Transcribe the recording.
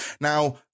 Now